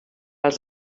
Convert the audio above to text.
els